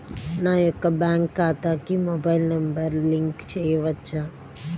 నా యొక్క బ్యాంక్ ఖాతాకి మొబైల్ నంబర్ లింక్ చేయవచ్చా?